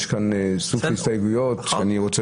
יש כאן סוג של הסתייגויות שאני רוצה